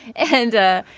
and.